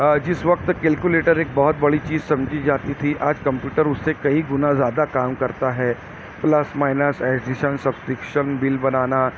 جس وقت کیلکولیٹر ایک بہت بڑی چیز سمجھی جاتی تھی آج کمپیوٹر اس سے کئی گنا زیادہ کام کرتا ہے plus minus addition subtraction bill بنانا